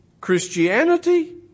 Christianity